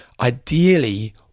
ideally